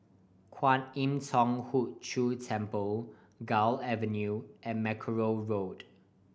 Kwan Im Thong Hood Cho Temple Gul Avenue and Mackerrow Road